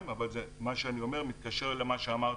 זו הייתה הערת שוליים אבל מה שאני אומר מתקשר למה שאמרת,